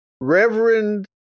Reverend